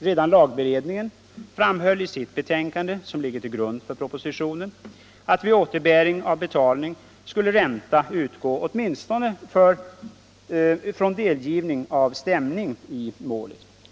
Redan lagberedningen framhöll i sitt betänkande, som ligger till grund för propositionen, att vid återbäring av betalning skulle ränta utgå åtminstone från delgivning av stämning i målet.